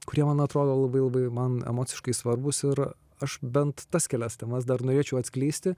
kurie man atrodo labai labai man emociškai svarbus ir aš bent tas kelias temas dar norėčiau atskleisti